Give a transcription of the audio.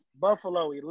Buffalo